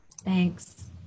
thanks